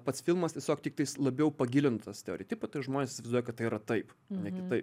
pats filmas tiesiog tiktais labiau pagilina tą stereotipą tai žmonės įsivaizduoja kad tai yra taip ne kitaip